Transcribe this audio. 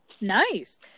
Nice